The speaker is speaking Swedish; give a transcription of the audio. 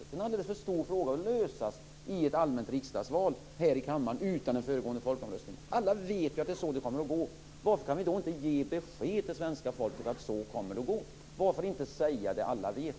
Det är en alldeles för stor fråga att lösas i kammaren utan föregående folkomröstning. Alla vet att det är så det kommer att gå. Varför kan vi inte ge besked till svenska folket? Varför inte säga det alla vet?